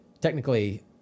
technically